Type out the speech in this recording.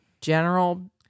general